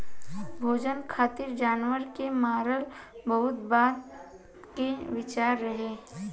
भोजन खातिर जानवर के मारल बहुत बाद के विचार रहे